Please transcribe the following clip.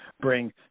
bring